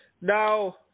Now